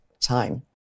time